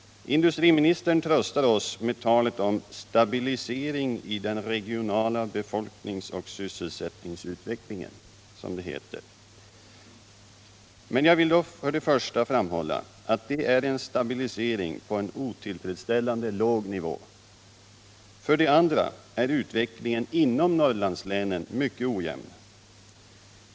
Industriministern tröstar oss med talet om ”stabilisering i den regionala befolkningsoch sysselsättningsutvecklingen”. Men jag vill då för det första framhålla att det är en stabilisering på en otillfredsställande låg nivå. För det andra är utvecklingen inom Norrlandslänen mycket ojämn.